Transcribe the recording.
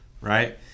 right